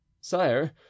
Sire